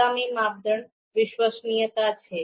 આગામી માપદંડ વિશ્વસનીયતા છે